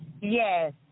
Yes